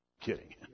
kidding